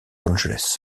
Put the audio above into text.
angeles